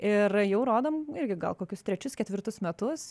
ir jau rodom irgi gal kokius trečius ketvirtus metus